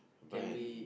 buy an